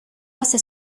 hace